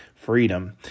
freedom